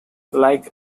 like